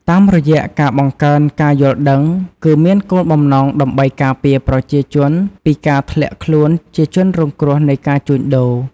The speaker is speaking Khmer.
តាមរយៈការបង្កើនការយល់ដឹង គឺមានគោលបំណងដើម្បីការពារប្រជាជនពីការធ្លាក់ខ្លួនជាជនរងគ្រោះនៃការជួញដូរ។